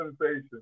Sensation